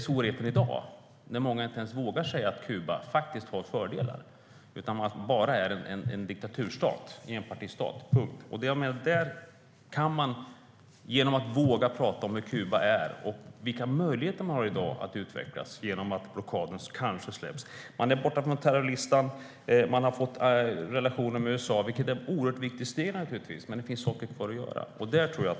Svårigheten i dag är att många inte vågar säga att Kuba faktiskt har fördelar utan i stället är det en diktaturstat, en enpartistat - punkt! Man måste våga tala om hur Kuba är och vilka möjligheter som finns för landet att utvecklas om blockaden släpps. Landet är borttaget från terroristlistan, och landet har upprättat relationer med USA. Det är ett oerhört viktigt steg, men det finns saker kvar att göra.